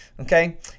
okay